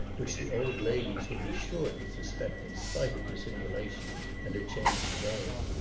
which the old ladies would be sure to suspect in spite of dissimulation and a change of name.